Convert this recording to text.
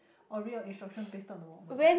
orh real instruction pasted on the wall [oh]-my-god